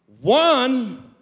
One